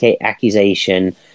accusation